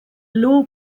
law